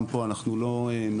גם פה אנחנו לא נרחיב,